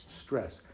stress